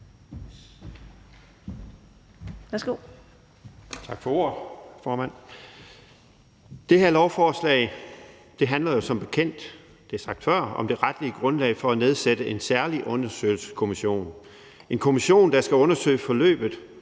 Det her lovforslag handler som bekendt – det er sagt før – om det retlige grundlag for at nedsætte en særlig undersøgelseskommission, der skal undersøge forløbet